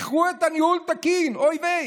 איחרו את "הניהול תקין", אוי ויי.